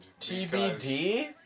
TBD